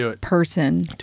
person